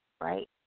right